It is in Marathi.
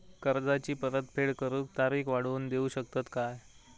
कर्जाची परत फेड करूक तारीख वाढवून देऊ शकतत काय?